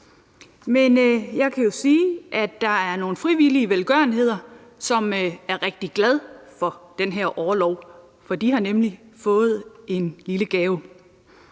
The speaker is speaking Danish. Men jeg kan jo sige, at der er noget frivillig velgørenhed, som er rigtig glad for den her orlov, for de har nemlig fået en lille gave.